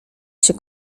się